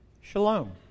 Shalom